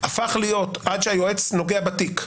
הפך להיות, עד שהיועץ נודע בתיק,